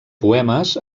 poemes